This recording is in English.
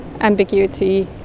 ambiguity